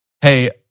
hey